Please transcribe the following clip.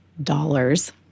dollars